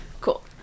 cool